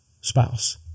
spouse